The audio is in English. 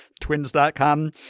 Twins.com